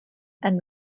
and